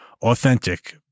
Authentic